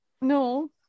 No